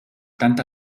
tanta